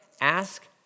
ask